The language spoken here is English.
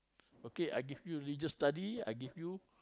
okay I give you religious study I give you